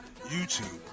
YouTube